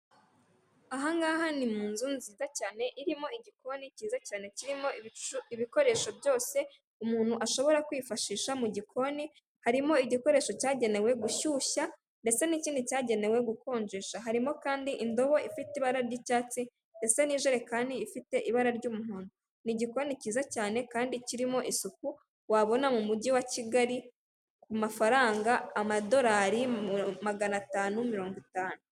Ahangaha ni mu nzu nziza cyane irimo igikoni cyiza cyane kirimo ibikoresho byose umuntu ashobora kwifashisha mu gikoni harimo igikoresho cyagenewe gushyushya ndetse n'ikindi cyagenewe gukonjesha, harimo kandi indobo ifite ibara ry'icyatsi ndetse ni jerekani ifite ibara ry'umuhondo. Ni igikoni cyiza cyane kandi kirimo isuku wabona mu mujyi wa kigali ku mafaranga, amadolari magana atanu mirongo itanu.